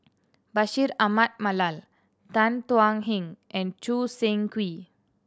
Bashir Ahmad Mallal Tan Thuan Heng and Choo Seng Quee